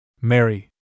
Mary